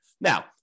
Now